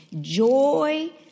joy